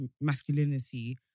masculinity